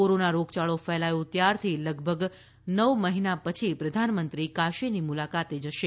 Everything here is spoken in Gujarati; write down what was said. કોરોના રોગયાળો ફેલાયો ત્યારથી લગભગ નવ મહિના પછી પ્રધાનમંત્રી કાશીની મુલાકાતે જશે